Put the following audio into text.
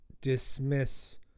Dismiss